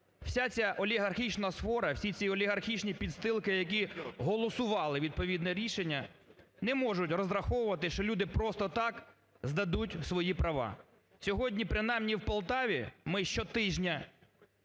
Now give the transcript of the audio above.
вся ця олігархічні свора, всі ці олігархічні підстилки, які голосували відповідне рішення, не можуть розраховувати, що люди просто так здадуть свої права. Сьогодні, принаймні в Полтаві, ми щотижня